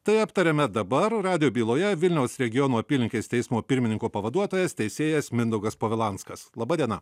tai aptariame dabar radijo byloje vilniaus regiono apylinkės teismo pirmininko pavaduotojas teisėjas mindaugas povilanskas laba diena